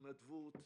התנדבות,